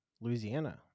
Louisiana